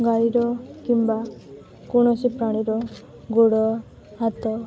ଗାଈର କିମ୍ବା କୌଣସି ପ୍ରାଣୀର ଗୋଡ଼ ହାତ